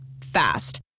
Fast